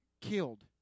killed